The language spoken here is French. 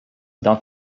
dans